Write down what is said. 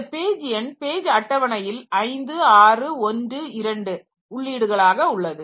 இந்த பேஜ் எண் பேஜ் அட்டவணையில் 561 2 உள்ளீடுகளாக உள்ளது